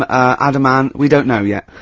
adam ant we don't know yet.